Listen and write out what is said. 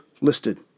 listed